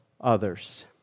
others